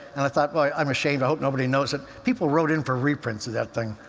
and i thought, well, i'm ashamed. i hope nobody knows it. people wrote in for reprints of that thing.